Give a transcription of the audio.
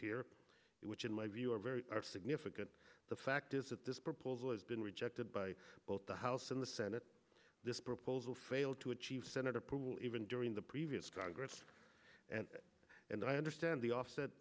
here which in my view are very significant the fact is that this proposal has been rejected by both the house and the senate this proposal failed to achieve senate approval even during the previous congress and i understand the offset